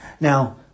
Now